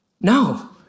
No